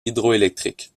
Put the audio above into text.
hydroélectrique